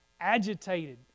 agitated